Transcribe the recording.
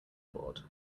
board